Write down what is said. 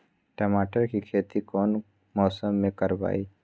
टमाटर की खेती कौन मौसम में करवाई?